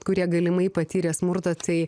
kurie galimai patyrė smurtą tai